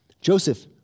Joseph